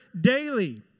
daily